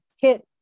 kit